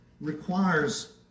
requires